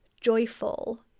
joyful